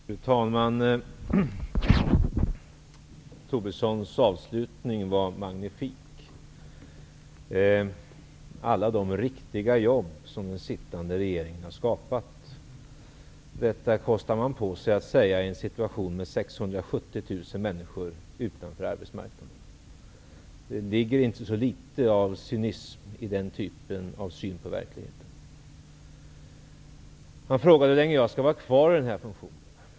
Fru talman! Lars Tobissons avslutning var magnifik: alla de riktiga jobb som den sittande regeringen har skapat! Detta kostar man på sig att säga i en situation med 670 000 människor utanför arbetsmarknaden. Det ligger inte så litet av cynism i den typen av syn på verkligheten. Sedan frågade Lars Tobisson hur länge jag skall vara kvar i den här funktionen.